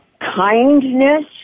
kindness